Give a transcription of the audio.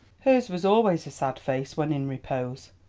hers was always a sad face when in repose,